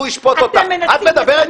את מדברת